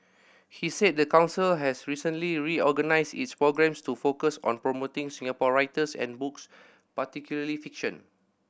he said the council has recently reorganised its programmes to focus on promoting Singapore writers and books particularly fiction